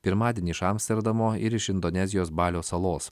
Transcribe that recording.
pirmadienį iš amsterdamo ir iš indonezijos balio salos